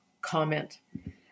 comment